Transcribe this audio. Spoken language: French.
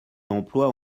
emploi